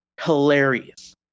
hilarious